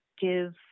give